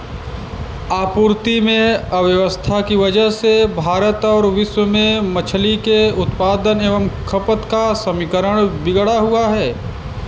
आपूर्ति में अव्यवस्था की वजह से भारत और विश्व में मछली के उत्पादन एवं खपत का समीकरण बिगड़ा हुआ है